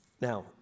Now